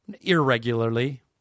irregularly